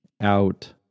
out